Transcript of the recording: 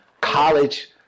college